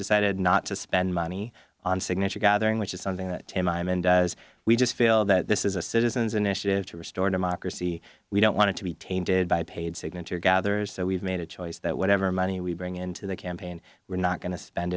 decided not to spend money on signature gathering which is something that does we just feel that this is a citizens initiative to restore democracy we don't want to be tainted by paid signature gathers so we've made a choice that whatever money we bring into the campaign we're not going to spend